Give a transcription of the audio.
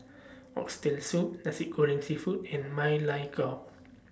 Oxtail Soup Nasi Goreng Seafood and Ma Lai Gao